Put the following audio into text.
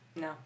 No